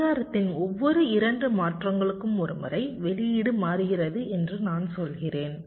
கடிகாரத்தின் ஒவ்வொரு 2 மாற்றங்களுக்கும் ஒரு முறை வெளியீடு மாறுகிறது என்று நான் சொல்கிறேன்